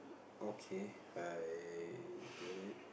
okay I get it